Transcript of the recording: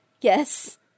Yes